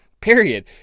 period